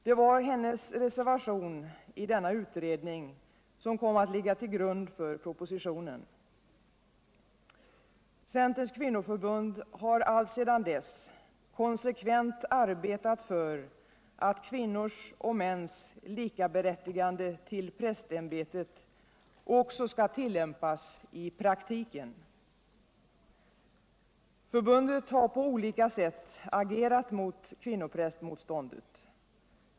Det var hennes reservation i denna utredning som kom att ligga till grund för propositionen. Centerns kvinnoförbund har alltsedan dess konsekvent arbetat för att kvinnors och mäns likaberättigande till prästämbetet också skall tillämpas i praktiken. Förbundet har på olika sätt agerat mot kvinnoprästmotståndet.